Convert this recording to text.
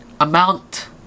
amount